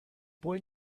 boy